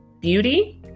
beauty